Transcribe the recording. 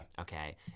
Okay